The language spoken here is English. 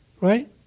right